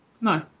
no